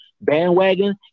bandwagon